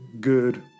good